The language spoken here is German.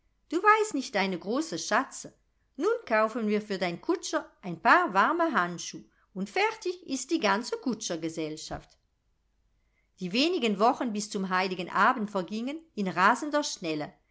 du weißt nicht deine große schatze nun kaufen wir für dein kutscher ein paar warme handschuh und fertig ist die ganze kutschergesellschaft die wenigen wochen bis zum heiligen abend vergingen in rasender schnelle